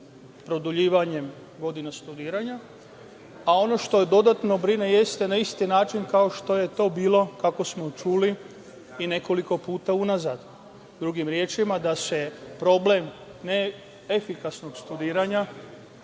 produžavanjem godina studiranja, a ono što me dodatno brine jeste isti način kao što je to bilo i nekoliko puta unazad. Drugim rečima, da se problem neefikasnog studiranja